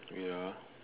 ya